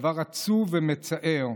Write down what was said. דבר עצוב ומצער,